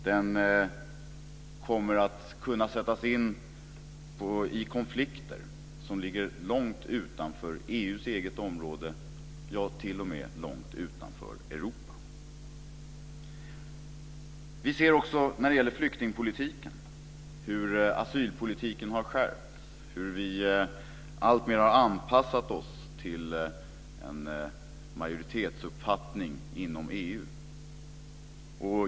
Den kommer att kunna sättas in i konflikter som ligger långt utanför EU:s eget område, ja, t.o.m. långt utanför Europa. När det gäller flyktingpolitiken ser vi också hur asylpolitiken har skärpts, hur vi alltmer har anpassat oss till en majoritetsuppfattning inom EU.